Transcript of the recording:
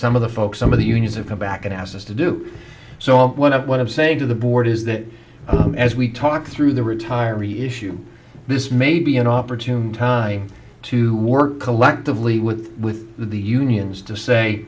some of the folks some of the unions have come back and asked us to do so one of one of saying to the board is that as we talk through the retire we issue this may be an opportune time to work collectively with with the unions to say